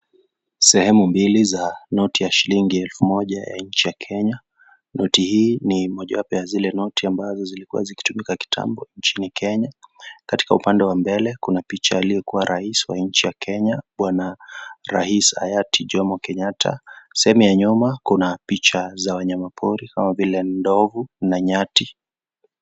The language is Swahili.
Sehemu mbili za noti ya shilingi elfu moja ya nchi ya Kenya noti hii ni mojawapo ya zile noti ambavyo zilikuwa zikitumika kitambo nchini Kenya katika upande wa mbele kuna picha ya aliyekuwa rais wa nchi ya Kenya bwana rais hayati Jomo Kenyatta sehemu ya nyuma kuna picha za wanyama pori kama vile ndovu na nyati.